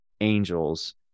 Angels